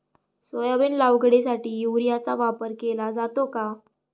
Soybean लागवडीसाठी युरियाचा वापर केला जातो का?